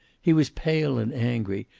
he was pale and angry,